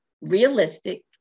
realistic